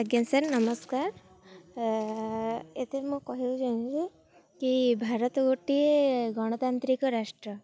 ଆଜ୍ଞା ସାର୍ ନମସ୍କାର ଏଥିରେ ମୁଁ କହିବାକୁ ଚାହୁଁଛି କି ଭାରତ ଗୋଟିଏ ଗଣତାନ୍ତ୍ରିକ ରାଷ୍ଟ୍ର